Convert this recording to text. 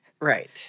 Right